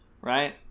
right